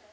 mm